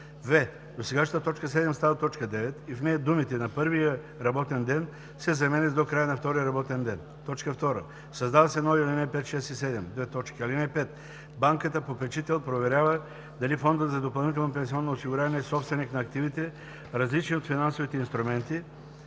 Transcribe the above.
в) досегашната т. 7 става т. 9 и в нея думите „на първия работен ден“ се заменят с „до края на втория работен ден“. 2. Създават се нови ал. 5, 6 и 7: „(5) Банката-попечител проверява дали фондът за допълнително пенсионно осигуряване е собственик на активите, различни от финансовите инструменти,